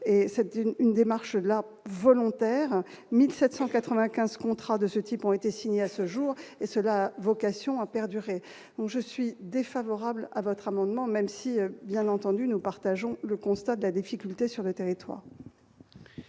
une une démarche la volontaire 1795 contrats de ce type ont été signés à ce jour et cela, vocation à perdurer, donc je suis défavorable à votre amendement, même si, bien entendu, nous partageons le constat de la difficulté sur le territoire.